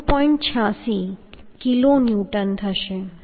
86 kilonewton થશે